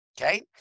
Okay